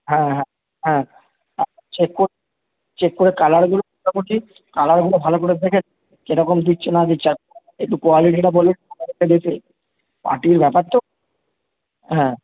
হ্যাঁ হ্যাঁ হ্যাঁ চেক ক চেক করে কালারগুলো মোটামুটি কালারগুলো ভালো করে দেখে কীরকম দিচ্ছে না দিচ্ছে আর একটু কোয়ালিটিটা পার্টির ব্যাপার তো হ্যাঁ